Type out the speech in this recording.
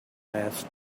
last